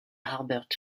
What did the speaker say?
harbert